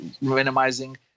minimizing